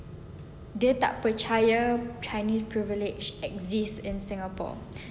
dia tak percaya chinese privilege exists in singapore